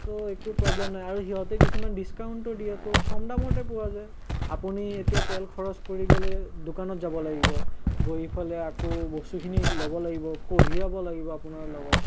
তো একো প্ৰবলেম নাই আৰু সিহঁতে কিছুমান ডিচকাউণ্টো দিয়ে তো কম দামতে পোৱা যায় আপুনি এতিয়া তেল খৰচ কৰি গ'লে দোকানত যাব লাগিব গৈ পেলাই আকৌ বস্তুখিনি ল'ব লাগিব কঢ়িয়াব লাগিব আপোনাৰ লগত